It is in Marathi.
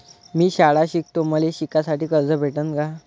मी शाळा शिकतो, मले शिकासाठी कर्ज भेटन का?